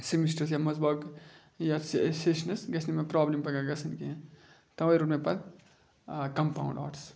semesters یا منٛز باغ یَتھ سٮ۪شنَس گَژھِ نہٕ مےٚ پرٛابلِم پَگاہ گَژھٕنۍ کینٛہہ تَوَے روٚٹ مےٚ پَتہٕ کَمپاوُنٛڈ آٹٕس